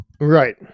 right